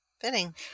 Fitting